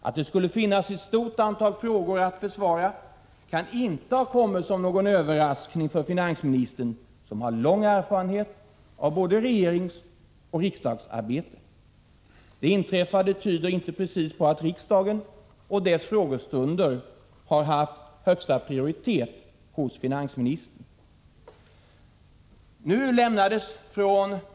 Att det skulle ZY Cd mo aa, finnas ett stort antal frågor att besvara kan inte ha kommit som någon överraskning för finansministern, som har lång erfarenhet av både regeringsoch riksdagsarbete. Det inträffade tyder inte precis på att riksdagen och dess frågestunder har haft högsta prioritet hos finansministern.